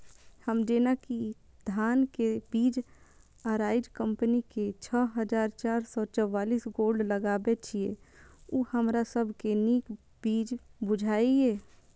हम जेना कि धान के बीज अराइज कम्पनी के छः हजार चार सौ चव्वालीस गोल्ड लगाबे छीय उ हमरा सब के नीक बीज बुझाय इय?